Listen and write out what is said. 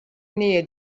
nähe